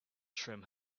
trim